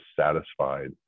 satisfied